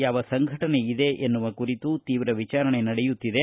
ಯಾವ ಸಂಘಟನೆ ಇದೆ ಎನ್ನುವ ಕುರಿತು ಶೀವ್ರ ವಿಚಾರಣೆ ನಡೆಯುತ್ತಿದೆ